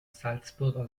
salzburger